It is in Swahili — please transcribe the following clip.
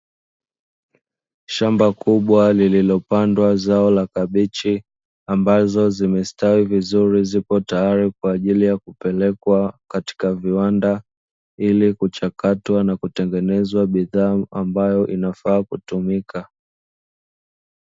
Shamba kubwa lililopandwa zao la kabichi, ambazo zimestawi vizuri ziko tayari kwa ajili ya kupelekwa katika viwanda, ili kuchakatwa na kutengeneza bidhaa ambayo inafaa kutumika.